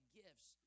gifts